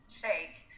shake